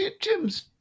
Jim's